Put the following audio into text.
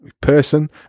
person